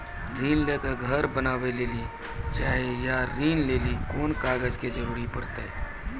ऋण ले के घर बनावे लेली चाहे या ऋण लेली कोन कागज के जरूरी परतै?